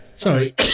Sorry